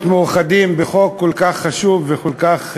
מאוחדים בחוק כל כך חשוב וכל כך נחוץ.